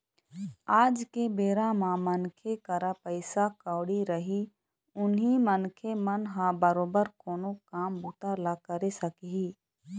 आज के बेरा म मनखे करा पइसा कउड़ी रही उहीं मनखे मन ह बरोबर कोनो काम बूता ल करे सकही